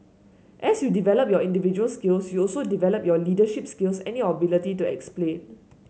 as you develop your individual skills you also develop your leadership skills and your ability to explain